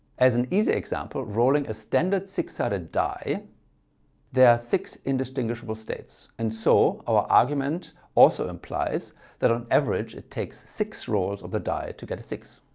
as an easy example, rolling a standard six-sided die there are six indistinguishable states and so our argument also implies that on average it takes six rolls of the die to get a six.